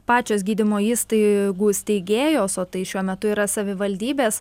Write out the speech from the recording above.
pačios gydymo įstaigų steigėjos o tai šiuo metu yra savivaldybės